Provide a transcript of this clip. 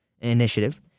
initiative